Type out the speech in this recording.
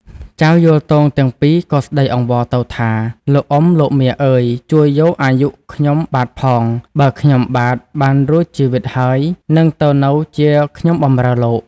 ចៅយោលទោងទាំងពីរក៏ស្តី អង្វរទៅថា “លោកអុំ លោកមាអើយជួយយកអាយុខ្ញុំបាទផង បើខ្ញុំបាទបានរួចជីវិតហើយ នឹងទៅនៅជាខ្ញុំបំរើលោក”។